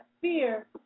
fear